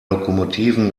lokomotiven